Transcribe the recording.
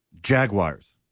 Jaguars